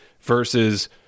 versus